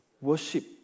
worship